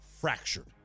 Fractured